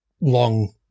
long